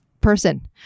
person